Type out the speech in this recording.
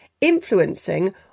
influencing